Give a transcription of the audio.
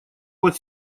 вот